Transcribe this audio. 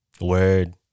Word